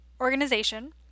organization